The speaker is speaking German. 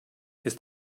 ist